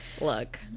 Look